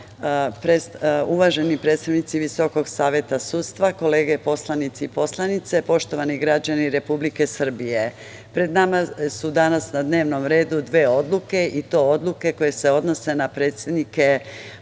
predstavnici Visokog saveta sudstva, kolege poslanici i poslanice, poštovani građani Republike Srbije, pred nama su danas na dnevnom redu dve odluke i to odluke koje se odnose na predsednike